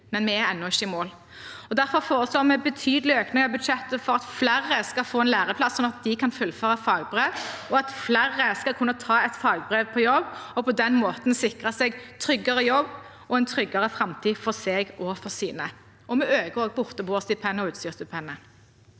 men vi er ennå ikke i mål. Derfor foreslår vi en betydelig økning av budsjettet for at flere skal få en læreplass, sånn at de kan fullføre fagbrev, og at flere skal kunne ta et fagbrev på jobb, og på den måten sikre seg tryggere jobb og en tryggere framtid for seg og for sine. Vi øker også borteboerstipendet og utstyrsstipendet.